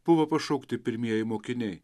buvo pašaukti pirmieji mokiniai